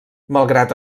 malgrat